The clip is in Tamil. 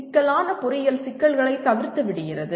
சிக்கலான பொறியியல் சிக்கல்களைத் தவிர்த்து விடுகிறது